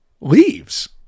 leaves